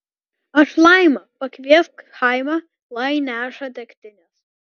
aš laima pakviesk chaimą lai neša degtinės